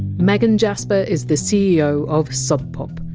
megan jasper is the ceo of sub pop.